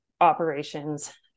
operations